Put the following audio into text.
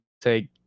take